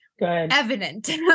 evident